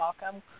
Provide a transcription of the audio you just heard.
welcome